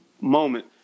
moment